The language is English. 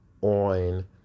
on